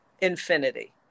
Infinity